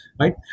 Right